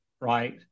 right